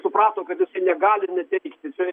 suprato kad jisai negali neteikti čia